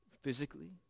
physically